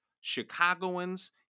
Chicagoans